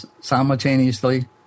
simultaneously